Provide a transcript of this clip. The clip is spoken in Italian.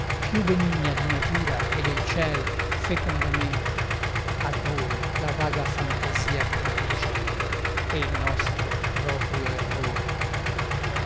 più benigna di natura e del ciel fecondamente a noi la vaga fantasia produce e il nostro proprio error